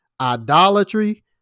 idolatry